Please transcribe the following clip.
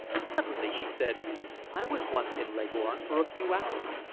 suddenly she said i was once in leghorn for a few hours.